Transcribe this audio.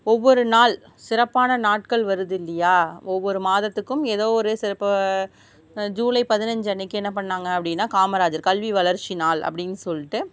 ஒவ்வொரு நாள் சிறப்பான நாட்கள் வருது இல்லையா ஒவ்வொரு மாதத்துக்கும் ஏதோ ஒரு சிறப்பு ஜூலை பதினஞ்சி அன்னிக்கி என்ன பண்ணிணாங்க அப்படினா காமராஜர் கல்வி வளர்ச்சி நாள் அப்படின்னு சொல்லிட்டு